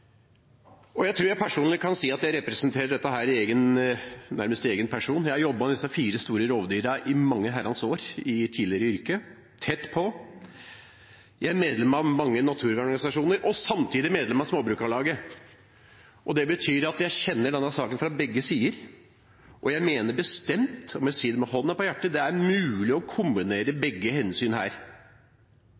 tror jeg kan si at jeg personlig representerer dette i nærmest egen person. Jeg har jobbet med disse fire store rovdyrene i mange herrens år i tidligere yrke, tett på. Jeg er medlem av mange naturvernorganisasjoner og samtidig medlem av Småbrukarlaget. Det betyr at jeg kjenner denne saken fra begge sider, og jeg mener bestemt – og jeg må si det med hånden på hjertet – at det er mulig å kombinere begge hensyn her.